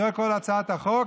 זאת כל הצעת החוק.